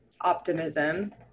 optimism